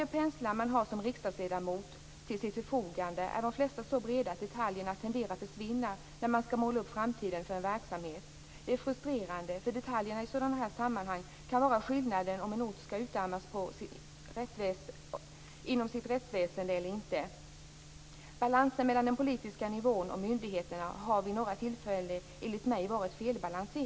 De flesta av de penslar man har till sitt förfogande som riksdagsledamot är så breda att detaljerna tenderar att försvinna när man skall måla upp framtiden för en verksamhet. Detta är frustrerande, därför att detaljerna i sådana här sammanhang kan innebära skillnaden mellan om en ort skall utarmas inom sitt rättsväsende eller inte. Balansen mellan den politiska nivån och myndigheterna har vid några tillfällen enligt mig varit felaktig.